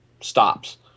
stops